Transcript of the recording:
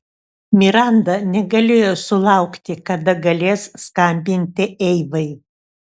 miranda negalėjo sulaukti kada galės skambinti eivai